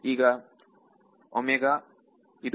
ಈಗ ಇದು